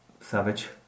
savage